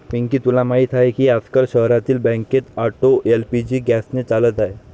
पिंकी तुला माहीत आहे की आजकाल शहरातील बहुतेक ऑटो एल.पी.जी गॅसने चालत आहेत